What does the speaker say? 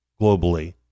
globally